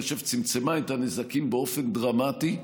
אני חושב שהיא צמצמה את הנזקים באופן דרמטי,